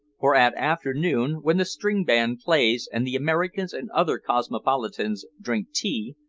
for at afternoon, when the string band plays and the americans and other cosmopolitans drink tea,